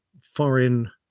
foreign